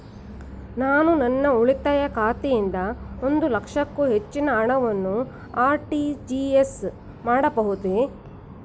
ನಾನು ನನ್ನ ಉಳಿತಾಯ ಖಾತೆಯಿಂದ ಒಂದು ಲಕ್ಷಕ್ಕೂ ಹೆಚ್ಚಿನ ಹಣವನ್ನು ಆರ್.ಟಿ.ಜಿ.ಎಸ್ ಮಾಡಬಹುದೇ?